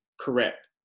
correct